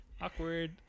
awkward